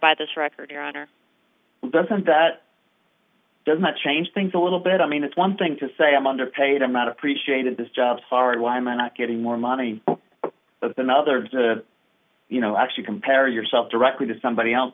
by this record your honor doesn't that does not change things a little bit i mean it's one thing to say i'm underpaid i'm not appreciated this job for and why am i not getting more money than others you know actually compare yourself directly to somebody else